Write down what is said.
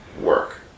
work